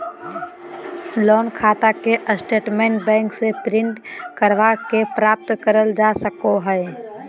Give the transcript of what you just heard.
loan खाता के statement bank से प्रिंट करवा के प्राप्त करल जा सको हय